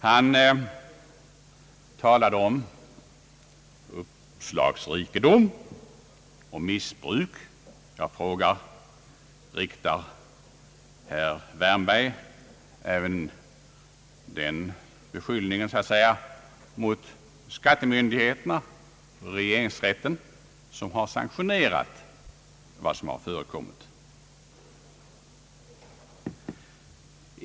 Han talade om »uppslagsrikedom och missbruk». Jag frågar: Riktar herr Wärnberg denna så att säga beskyllning även mot skattemyndigheterna och rege ringsrätten, som har sanktionerat vad som har förekommit?